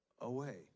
away